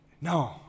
No